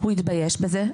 הוא התבייש בזה.